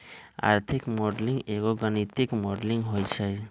आर्थिक मॉडलिंग एगो गणितीक मॉडलिंग होइ छइ